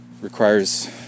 requires